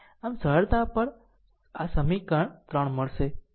આમ સરળતા પર આ સમીકરણ 3 મળશે